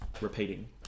repeating